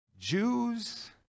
Jews